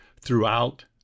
throughout